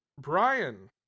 Brian